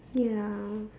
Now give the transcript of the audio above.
ya